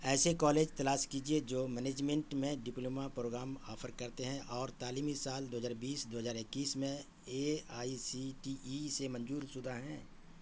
ایسے کالج تلاش کیجیے جو مینجمنٹ میں ڈپلومہ پروگرام آفر کرتے ہیں اور تعلیمی سال دو ہزار بیس دو ہزار اکیس میں A I C T E سے منظور شدہ ہیں